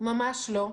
ממש לא.